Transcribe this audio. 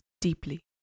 deeply